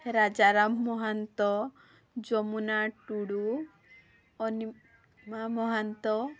Rajaram Mahanta Jamuna Tudu Anima Mahanta